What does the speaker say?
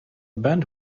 band